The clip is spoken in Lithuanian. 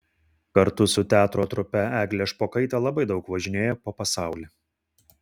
kartu su teatro trupe eglė špokaitė labai daug važinėjo po pasaulį